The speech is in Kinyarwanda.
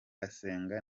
asenga